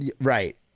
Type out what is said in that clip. Right